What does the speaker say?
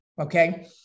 Okay